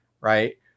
right